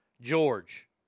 George